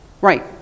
right